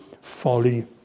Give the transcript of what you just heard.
folly